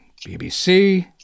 BBC